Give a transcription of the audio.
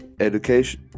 Education